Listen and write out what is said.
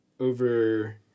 Over